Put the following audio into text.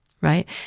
right